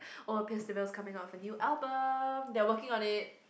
oh Pierce the Veil is coming out with a new album they are working on it